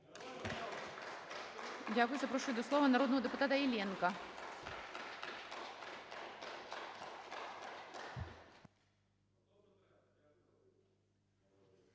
Дякую. І запрошую до слова народного депутата Шурму.